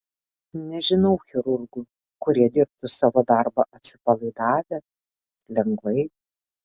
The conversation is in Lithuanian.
nežinau chirurgų kurie dirbtų savo darbą atsipalaidavę lengvai